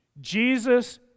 Jesus